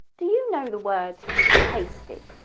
do you know the word tasty?